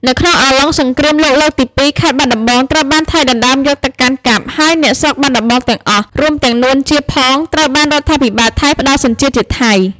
នៅក្នុងអំឡុងសង្រ្គាមលោកលើកទី២ ខេត្តបាត់ដំបង ត្រូវបានថៃដណ្តើមយកទៅកាន់កាប់ ហើយអ្នកស្រុកបាត់ដំបងទាំងអស់ រួមទាំង នួន ជាផង ត្រូវបានរដ្ឋាភិបាលថៃ ផ្តល់សញ្ជាតិជាថៃ។